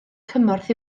cymorth